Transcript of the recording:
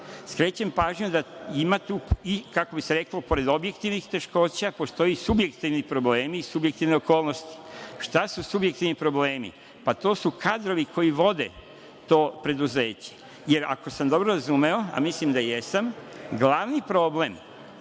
skrećem pažnju da ima tu i, kako bi se reklo, pored objektivnih teškoća i subjektivnih problema i subjektivnih okolnosti. Šta su subjektivni problemi? To su kadrovi koji vode to preduzeće. Jer, ako sam dobro razumeo, a mislim da jesam, glavni problem